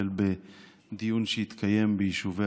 כולל בדיון שהתקיים לא מזמן ביישובי